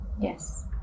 Yes